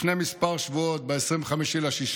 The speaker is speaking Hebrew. לפני כמה שבועות, ב-25 ביוני,